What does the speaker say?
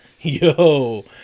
Yo